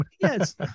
yes